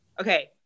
okay